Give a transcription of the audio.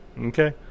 Okay